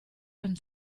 von